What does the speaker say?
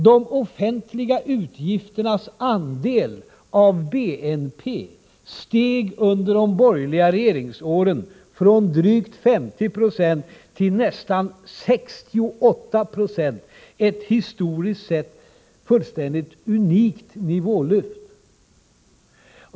De offentliga utgifternas andel av BNP steg under de borgerliga regeringsåren från drygt 50 9o till nästan 68 26 — ett, historiskt sett, fullständigt unikt nivålyft.